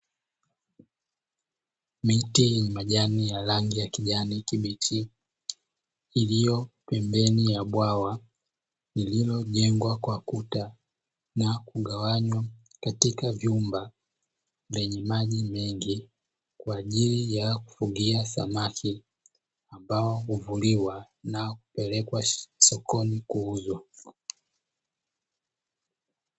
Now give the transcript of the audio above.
Miti yenye majani ya rangi ya kijani kibichi, iliyo pembeni ya bwawa lililojengwa kwa kuta na kugawanywa katika vyumba vyenye maji mengi, kwa ajili ya kufugia samaki ambao huvuliwa na kupelekwa sokoni kuuzwa.